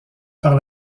par